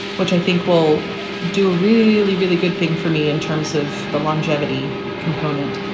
which i think will do a really, really really good thing for me in terms of the longevity component,